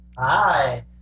Hi